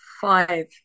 five